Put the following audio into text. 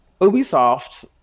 Ubisoft